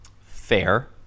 Fair